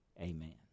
Amen